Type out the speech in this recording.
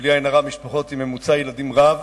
בלי עין הרע משפחות עם ממוצע ילדים רב,